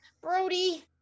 Brody